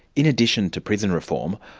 in addition to prison reform,